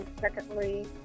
Secondly